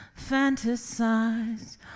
fantasize